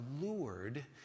lured